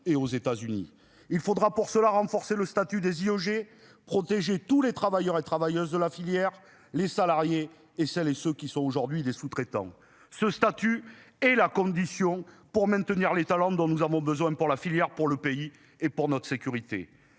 et aux États-Unis. Il faudra pour cela renforcer le statut des IEG protéger tous les travailleurs et travailleuses de la filière, les salariés et celles et ceux qui sont aujourd'hui des sous-traitants ce statut et la condition pour maintenir les talents dont nous avons besoin pour la filière pour le pays et pour notre sécurité.